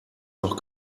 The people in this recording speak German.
noch